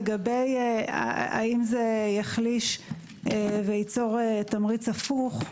לגבי האם זה יחליש וייצור תמריץ הפוך,